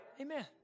Amen